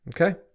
Okay